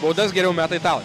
baudas geriau meta italai